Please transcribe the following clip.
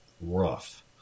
rough